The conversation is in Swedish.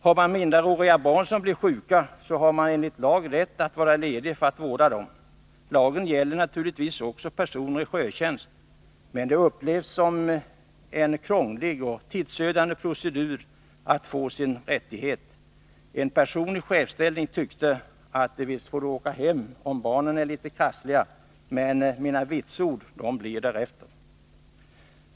Har man minderåriga barn som blir sjuka, har man enligt lag rätt att vara ledig för att vårda dem. Lagen gäller naturligtvis också personer i sjötjänst, men det upplevs som en krånglig och tidsödande procedur att få sin rättighet. En person i chefsställning tyckte att ”visst får du åka hem om barnen är litet krassliga, men mina vitsord blir därefter”.